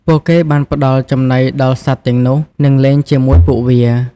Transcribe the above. ពួកគេបានផ្តល់ចំណីដល់សត្វទាំងនោះ និងលេងជាមួយពួកវា។